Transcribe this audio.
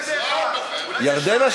ירדנה,